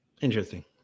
Interesting